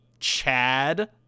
Chad